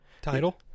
Title